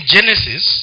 Genesis